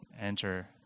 enter